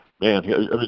Man